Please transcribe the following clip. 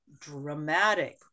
dramatic